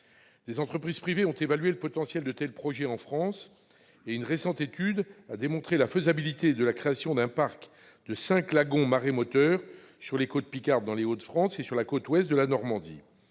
Des entreprises privées ont évalué le potentiel de tels projets en France, et une récente étude a démontré la faisabilité de la création d'un parc de cinq lagons marémoteurs sur les côtes picardes, dans les Hauts-de-France, et sur la côte ouest de la Normandie.